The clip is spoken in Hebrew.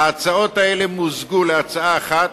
ההצעות האלה מוזגו להצעה אחת.